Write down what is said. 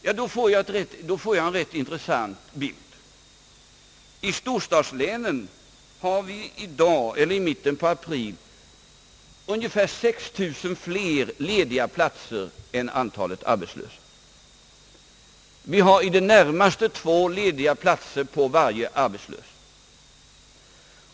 Detta gör bilden rätt intressant. I storstadslänen hade vi i mitten av april ungefär 6 000 fler lediga platser än antalet arbetslösa. Det var i det närmaste två lediga platser på varje arbetslös.